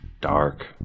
dark